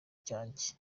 cyanjye